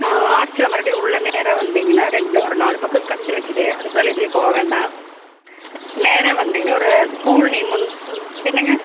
ஆ ஆர்ச்சில் மறுடியும் உள்ள நேராக வந்திங்கன்னா ரெண்டும் ஒரு நாலு பக்கம் கட் இருக்குது அதுக்குமேலே எதிலையும் போக வேண்டாம் நேராக வந்திங்கன்னா ஒரு ஸ்கூல் நேமு ஒன்று என்னங்க